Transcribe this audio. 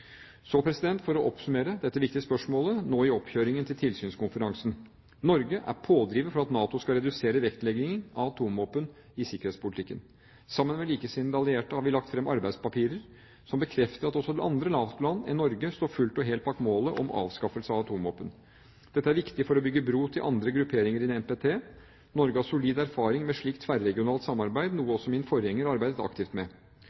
oppsummere dette viktige spørsmålet nå, i oppkjøringen til tilsynskonferansen: Norge er pådriver for at NATO skal redusere vektleggingen av atomvåpen i sikkerhetspolitikken. Sammen med likesinnede allierte har vi lagt fram arbeidspapirer som bekrefter at også andre NATO-land enn Norge står fullt og helt bak målet om avskaffelse av atomvåpen. Dette er viktig for å bygge bro til andre grupperinger i NPT. Norge har solid erfaring med slikt tverregionalt samarbeid, noe også min forgjenger arbeidet aktivt med.